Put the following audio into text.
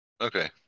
Okay